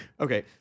okay